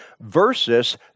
versus